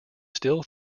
still